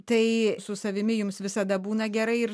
tai su savimi jums visada būna gerai ir